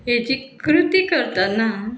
हेजी कृती करताना